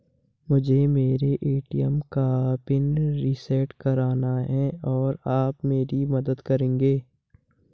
मुझे मेरे ए.टी.एम का पिन रीसेट कराना है क्या आप मेरी मदद करेंगे?